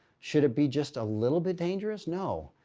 should it be just a little bit dangerous? no.